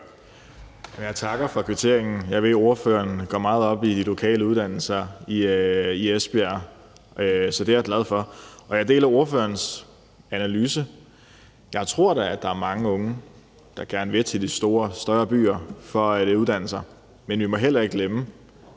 Jeg takker for kvitteringen. Jeg ved, at ordføreren går meget op i lokale uddannelser i Esbjerg, så det er jeg glad for, og jeg deler ordførerens analyse. Jeg tror da, at der er mange unge, der gerne vil til de store og større byer for at uddanne sig, men vi må heller ikke glemme,